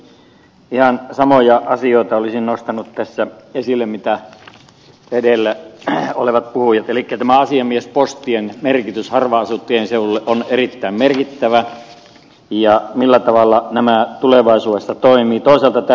ihan samoja asioita olisin nostanut tässä esille mitä edellä olevat puhujat elikkä tämä asiamiespostien merkitys harvaanasuttujen seudulle on erittäin merkittävä ja millä tavalla nämä tulevaisuudessa toimivat